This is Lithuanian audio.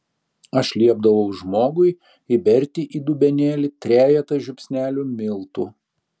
aš liepdavau žmogui įberti į dubenėlį trejetą žiupsnelių miltų